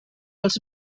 els